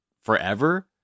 forever